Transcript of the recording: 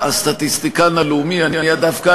חבר הכנסת מרגלית, אני מכיר אותך רגוע.